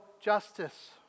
justice